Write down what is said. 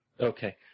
okay